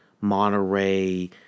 Monterey